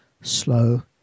slow